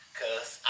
cause